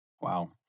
Wow